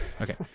Okay